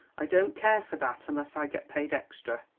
i don't care for that, unless i get paid extra.